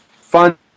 fun